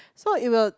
so it will